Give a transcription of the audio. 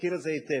מכיר את זה היטב.